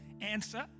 answer